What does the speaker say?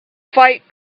fight